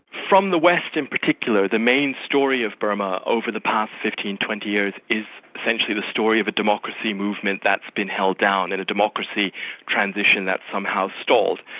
from the west in particular, the main story of burma over the past fifteen, twenty years is essentially the story of a democracy movement that's been held down, in a democracy transition that's somehow stalled.